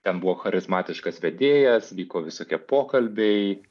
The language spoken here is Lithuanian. ten buvo charizmatiškas vedėjas vyko visokie pokalbiai